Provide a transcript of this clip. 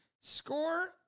score